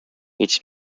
its